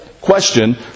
question